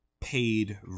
paid